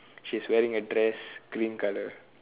she is wearing a dress green colour